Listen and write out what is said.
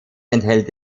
enthält